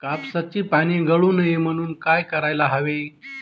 कापसाची पाने गळू नये म्हणून काय करायला हवे?